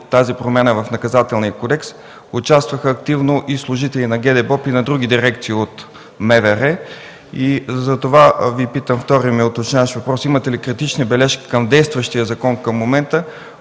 тази промяна в Наказателния кодекс, участваха активно и служители на ГДБОП, и на други дирекции от МВР. Затова с втория ми уточняващ въпрос Ви питам: имате ли критични бележки към действащия закон към момента?